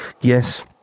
yes